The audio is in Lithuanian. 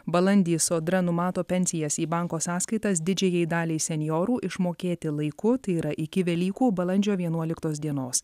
balandį sodra numato pensijas į banko sąskaitas didžiajai daliai senjorų išmokėti laiku tai yra iki velykų balandžio vienuoliktos dienos